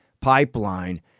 Pipeline